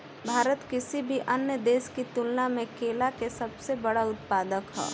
भारत किसी भी अन्य देश की तुलना में केला के सबसे बड़ा उत्पादक ह